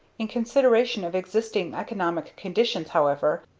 in consideration of existing economic conditions, however,